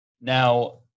now